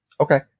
Okay